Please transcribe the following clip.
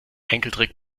enkeltrick